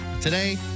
Today